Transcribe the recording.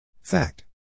Fact